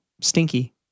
stinky